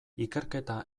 ikerketa